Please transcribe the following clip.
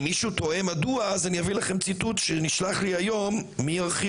אם מישהו תוהה מדוע אני אביא לכם ציטוט שנשלח לי היום מארכיאולוג,